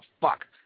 fuck